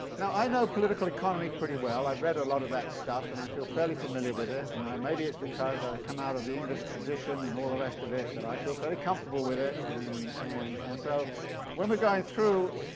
now, i know political economy pretty well. i've read a lot of that stuff and i feel fairly familiar with it. and maybe it's because i come out of the english tradition and all the rest of it, that i feel fairly comfortable with it. and and and so when we're going through,